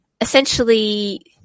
essentially